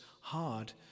hard